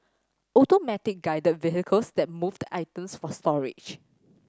Automatic Guided Vehicles then move the items for storage